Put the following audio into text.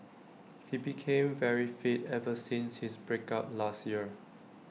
he became very fit ever since his break up last year